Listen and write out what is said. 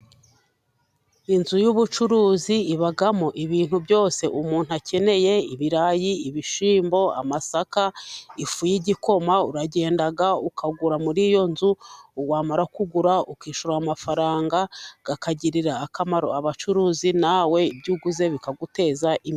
Inzu y'ubucuruzi ibamo ibintu byose umuntu akeneye: ibirayi, ibishyimbo, amasaka, ifu y'igikoma; uragenda ukagura muri iyo nzu, wamara kugura ukishyura amafaranga, akagirira akamaro abacuruzi, nawe ibyo uguze bikaguteza imbere.